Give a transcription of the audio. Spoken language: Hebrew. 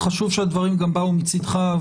שחשוב שהדברים גם באו מצדך.